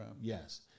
Yes